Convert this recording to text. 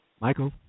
Michael